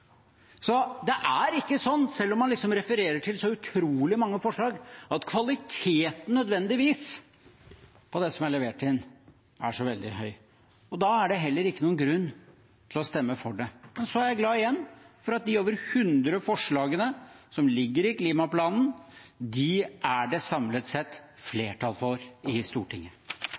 Så det er ikke sånn, selv om man refererer til så utrolig mange forslag, at kvaliteten på det som er levert inn, nødvendigvis er så veldig høy. Da er det heller ikke noen grunn til å stemme for dem. Så er jeg glad – igjen – for at de over 100 forslagene som ligger i klimaplanen, er det samlet sett flertall for i Stortinget.